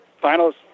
Finals